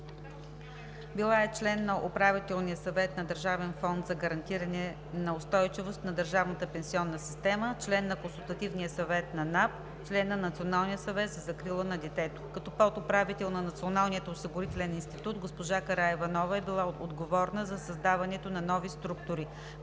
Била е член на Управителния съвет на Държавен фонд за гарантиране на устойчивост на държавната пенсионна система, член на Консултативния съвет на Националната агенция за приходите, член на Националния съвет за закрила на детето. Като подуправител на Националния осигурителен институт госпожа Караиванова е била отговорна за създаването на нови структури.